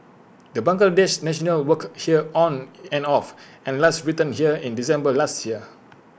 the Bangladesh national worked here on and off and last returned here in December last year